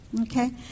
Okay